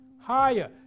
Higher